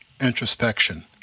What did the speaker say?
introspection